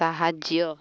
ସାହାଯ୍ୟ